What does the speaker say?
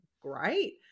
great